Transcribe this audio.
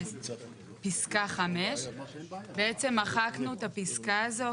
בפסקה 5. בעצם מחקנו את הפסקה הזו,